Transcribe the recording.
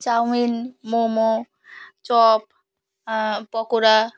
chowmein momo chop pakora